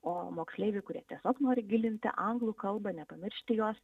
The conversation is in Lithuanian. o moksleiviai kurie tiesiog nori gilinti anglų kalbą nepamiršti jos